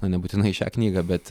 na nebūtinai šią knygą bet